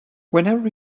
whenever